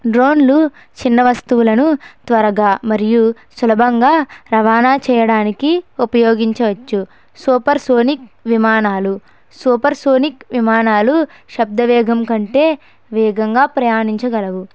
డ్రోన్లు చిన్న వస్తువులను త్వరగా మరియు సులభంగా రవాణా చేయడానికి ఉపయోగించవచ్చు సూపర్ సోనిక్ విమానాలు సూపర్ సోనిక్ విమానాలు శబ్ద వేగం కంటే వేగంగా ప్రయాణించగలవు